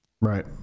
Right